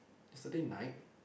yesterday night